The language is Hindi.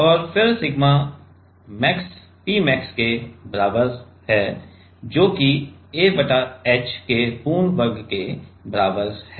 और फिर सिग्मा मैक्स P मैक्स के बराबर है जोकि a बटा h पूर्ण वर्ग के बराबर है